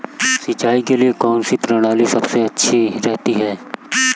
सिंचाई के लिए कौनसी प्रणाली सबसे अच्छी रहती है?